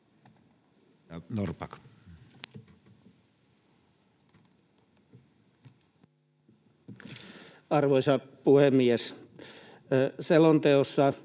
hyvä. Arvoisa puhemies! Selonteko